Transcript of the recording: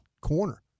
corner